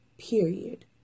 period